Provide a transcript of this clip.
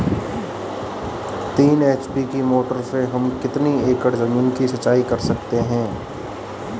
तीन एच.पी की मोटर से हम कितनी एकड़ ज़मीन की सिंचाई कर सकते हैं?